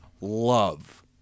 love